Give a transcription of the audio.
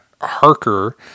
Harker